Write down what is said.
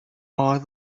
are